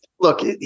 look